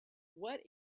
what